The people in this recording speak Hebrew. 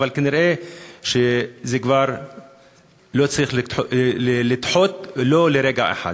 אבל כנראה זה כבר לא צריך להידחות ולו לרגע אחד.